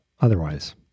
otherwise